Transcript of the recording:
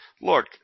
look